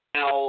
Now